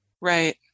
Right